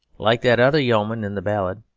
like that other yeoman in the ballad,